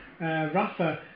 Rafa